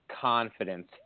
Confidence